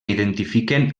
identifiquen